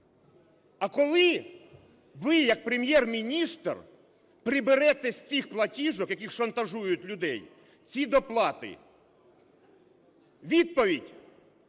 а коли ви як Прем'єр-міністр приберете з цих платіжок, якими шантажують людей, ці доплати? Відповідь